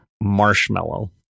marshmallow